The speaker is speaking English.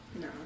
No